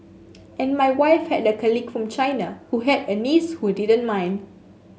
and my wife had a colleague from China who had a niece who didn't mind